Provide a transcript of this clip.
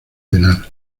penal